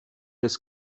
des